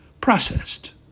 processed